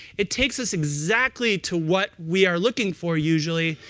it takes us exactly to what we are looking for usually,